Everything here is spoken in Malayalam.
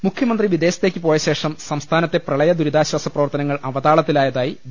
മുഖ്യമന്ത്രി വിദേശത്തേയ്ക്ക് പോയശേഷം സംസ്ഥാനത്തെ പ്രളയദുരിതാശ്ചാസ പ്രവർത്തനങ്ങൾ അവതാളത്തിലായതായി വി